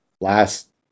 last